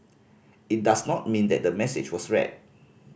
it does not mean that the message was read